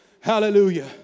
hallelujah